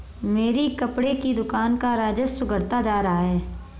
मेरी कपड़े की दुकान का राजस्व घटता जा रहा है